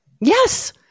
Yes